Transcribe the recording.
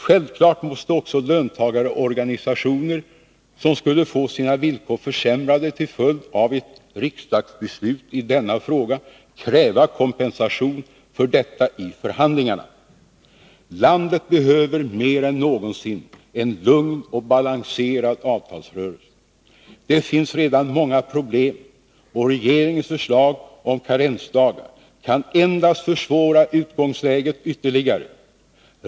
Självklart måste också löntagarorganisationer, som skulle få sina villkor försämrade till följd av ett riksdagsbeslut i denna fråga, kräva kompensation för detta i förhandlingarna. Landet behöver mer än någonsin en lugn och balanserad avtalsrörelse. Det finns redan många problem och regeringens förslag om karensdagar kan endast försvåra utgångsläget ytterligare.